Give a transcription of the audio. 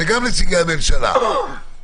וגם נציגי הממשלה גברתי,